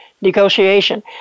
negotiation